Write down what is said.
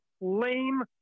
lame